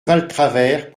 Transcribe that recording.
valtravers